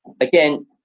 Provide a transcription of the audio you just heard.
again